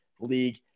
league